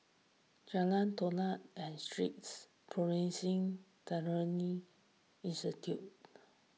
Jalan Todak and Streets Bioprocessing Technology Institute